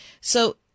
So-